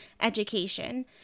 education